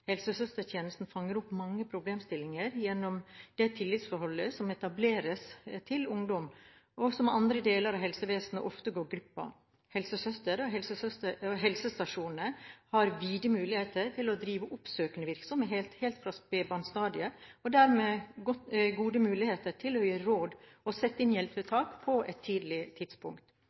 fanger opp mange problemstillinger gjennom det tillitsforholdet som etableres til ungdom, og som andre deler av helsevesenet ofte går glipp av. Helsesøster og helsestasjoner har vide muligheter til å drive oppsøkende virksomhet helt fra spedbarnsstadiet og dermed gode muligheter til å gi råd og sette inn hjelpetiltak på et tidlig tidspunkt